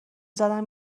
زدن